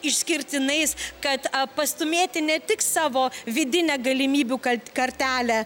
išskirtinais kad pastūmėti ne tik savo vidinę galimybių kad kartelę